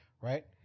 Right